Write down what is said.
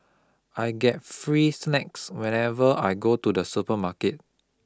I get free snacks whenever I go to the supermarket